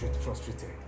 frustrated